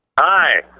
Hi